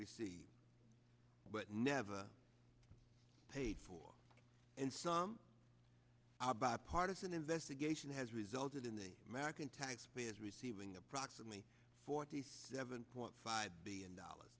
we see but never paid for and some are bipartisan investigation has resulted in the american taxpayers receiving approximately forty seven point five billion dollars